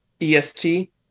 EST